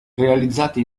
realizzate